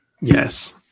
Yes